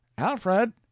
alfred.